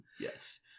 Yes